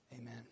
Amen